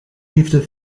liefde